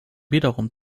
wiederum